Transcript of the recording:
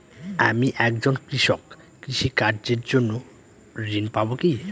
আমি একজন কৃষক কৃষি কার্যের জন্য ঋণ পাব কি?